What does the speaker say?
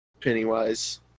Pennywise